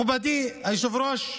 מכובדי היושב-ראש,